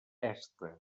este